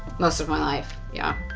most of my life, yeah.